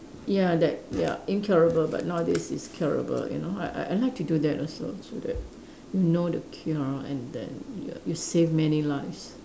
ya that ya incurable but nowadays is curable you know I I like to do that also so that you know the cure and then you you save many lives